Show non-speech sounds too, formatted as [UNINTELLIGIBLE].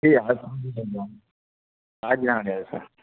[UNINTELLIGIBLE] charge எல்லாம் கிடையாது sir